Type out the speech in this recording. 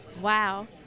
Wow